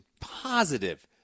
positive